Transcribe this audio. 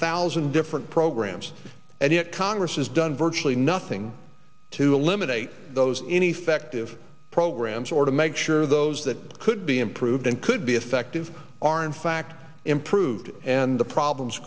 thousand different programs and yet congress has done virtually nothing to eliminate those any effective programs or to make sure those that could be improved and could be effective are in fact improved and the problems